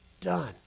done